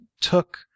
took